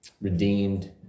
Redeemed